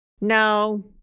no